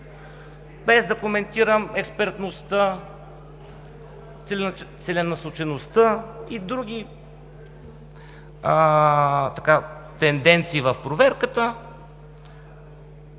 Без да коментирам експертността, целенасочеността и други тенденции в проверката,